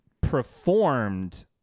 performed